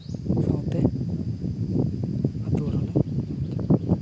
ᱥᱟᱶᱛᱮ ᱟᱛᱳ ᱨᱮᱦᱚᱸ ᱞᱮ